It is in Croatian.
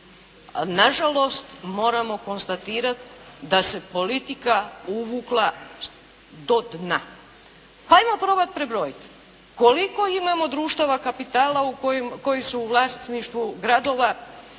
Nažalost, moramo konstatirat da se politika uvukla do dna. Pa ajmo probat prebrojit koliko imamo društava kapitala koji su u vlasništvu gradova,